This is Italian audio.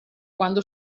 quando